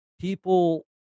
people